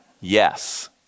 Yes